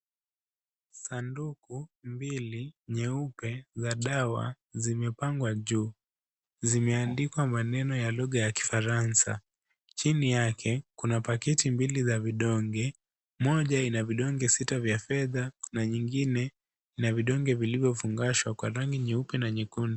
Sanduku mbili nyeupe za dawa zimepangwa juu. Zimeandikwa maneno ya lugha ya kifaransa . Chini yake kuna pakiti mbili ya vidonge, moja Ina vidonge sita vya fedha na nyingine Ina vidonge vilivyofungashwa kwa rangi ya nyekundu.